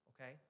okay